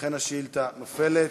לכן השאילתה נופלת.